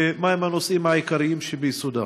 5. ומה הם הנושאים העיקריים שביסודה?